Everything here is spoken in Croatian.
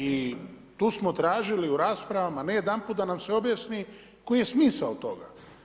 I tu smo tražili u raspravama ne jedanput da nam se objasni koji je smisao toga.